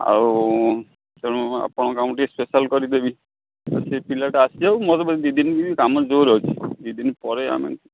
ଆଉ ତେଣୁ ଆପଣ କାମ ଟିକେ ସ୍ପେଶିଆଲ୍ କରିଦେବି ଆଉ ସେ ପିଲାଟା ଆସିଯାଉ ମୋର ଏ ଦୁଇ ଦିନ ବି କାମ ଜୋର ଅଛି ଦୁଇ ଦିନ ପରେ ଆମେ